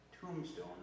tombstone